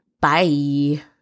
Bye